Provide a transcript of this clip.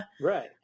Right